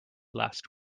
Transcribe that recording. last